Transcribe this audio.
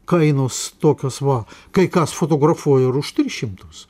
kainos tokios va kai kas fotografuoja ir už tris šimtus